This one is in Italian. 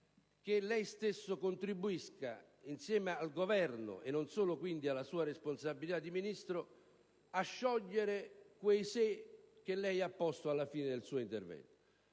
che lei stesso contribuisca insieme al Governo, e non solo quindi per la sua responsabilità di Ministro, a sciogliere quei «se» che lei ha posto alla fine del suo intervento.